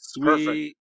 Perfect